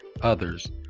others